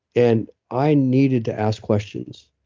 and i needed to ask questions,